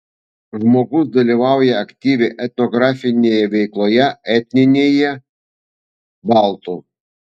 žmogus dalyvauja aktyviai etnografinėje veikloje etninėje baltų